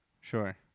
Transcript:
Sure